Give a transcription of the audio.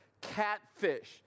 catfish